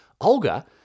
Olga